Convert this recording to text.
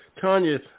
Tanya